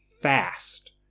fast